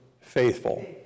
faithful